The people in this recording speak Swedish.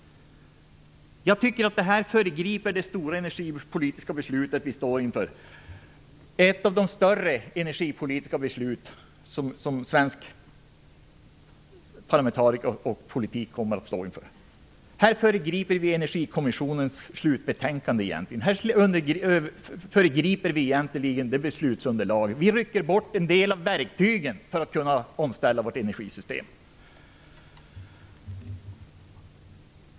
Jag tycker att detta är att föregripa det stora energipolitiska beslut som vi står inför - ja, ett av de större energipolitiska beslut som svenska parlamentariker och svensk politik kommer att stå inför. Här föregriper vi Energikommissionens slutbetänkande. Vi föregriper alltså det beslutsunderlaget och rycker bort en del av verktygen för att kunna ställa om vårt energisystem.